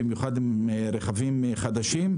במיוחד רכבים חדשים,